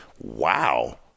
wow